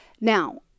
Now